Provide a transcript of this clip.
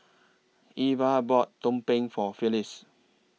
Iver bought Tumpeng For Phylis